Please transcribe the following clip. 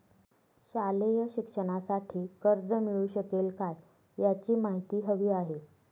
शालेय शिक्षणासाठी कर्ज मिळू शकेल काय? याची माहिती हवी आहे